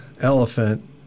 elephant